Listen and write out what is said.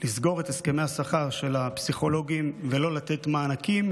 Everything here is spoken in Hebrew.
לסגור את הסכמי השכר של הפסיכולוגים ולא לתת מענקים,